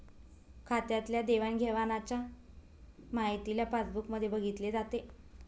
खात्यातल्या देवाणघेवाणच्या माहितीला पासबुक मध्ये बघितले जाते